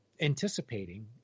anticipating